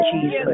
Jesus